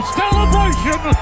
celebration